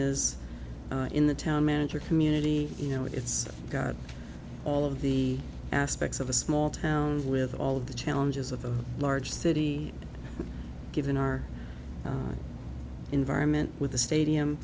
is in the town manager community you know it's got all of the aspects of a small town with all of the challenges of a large city given our environment with the stadium